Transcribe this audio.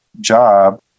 job